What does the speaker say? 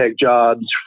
jobs